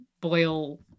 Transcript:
boil